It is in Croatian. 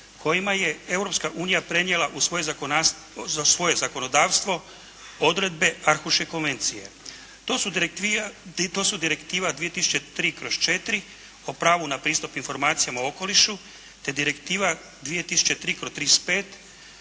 unija prenijela u svoje zakonodavstvo odredbe Arhuške konvencije. To su Direktiva 2003/4 o pravu na pristup informacijama o okolišu te Direktiva 2003/35